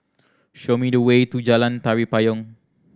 show me the way to Jalan Tari Payong